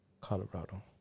Colorado